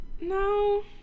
No